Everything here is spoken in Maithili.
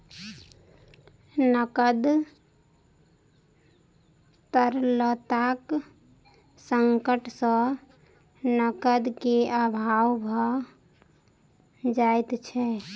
नकद तरलताक संकट सॅ नकद के अभाव भ जाइत छै